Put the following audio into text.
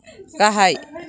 गाहाय